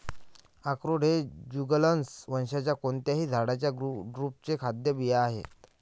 अक्रोड हे जुगलन्स वंशाच्या कोणत्याही झाडाच्या ड्रुपचे खाद्य बिया आहेत